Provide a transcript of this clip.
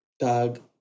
tag